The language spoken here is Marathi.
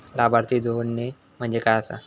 लाभार्थी जोडणे म्हणजे काय आसा?